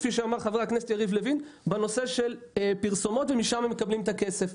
כפי שאמר חבר הכנסת יריב לוין בנושא של פרסומות שמהן מקבלים את הכסף.